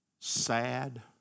sad